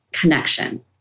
connection